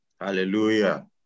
Hallelujah